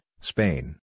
Spain